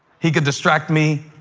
he could distract me,